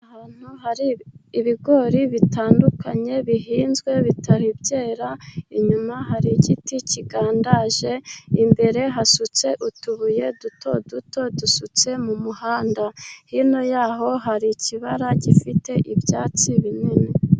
Ahantu hari ibigori bitandukanye bihinzwe bitari byera inyuma hari igiti kigandaje imbere hasutse utubuye duto duto dusutse mu muhanda hino yaho hari ikibara gifite ibyatsi binini.